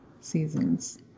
seasons